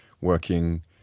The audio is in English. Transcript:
working